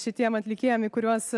šitiem atlikėjams į kuriuos